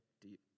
deep